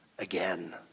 Again